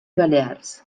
balears